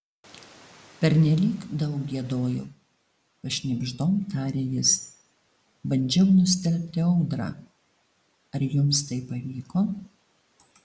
pernelyg daug giedojau pašnibždom taria jis bandžiau nustelbti audrą ar jums tai pavyko